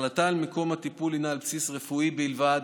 ההחלטה על מקום הטיפול הינה על בסיס רפואי בלבד,